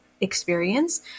experience